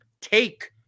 take